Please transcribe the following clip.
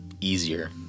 easier